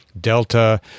Delta